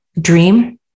dream